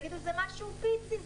יגידו שזה משהו פיצי,